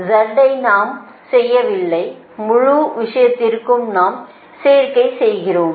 Z ஐ நாம் செய்யவில்லை முழு விஷயத்திற்கும் நாம் சேர்க்கை செய்கிறோம்